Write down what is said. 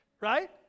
Right